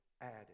added